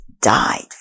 died